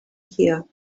here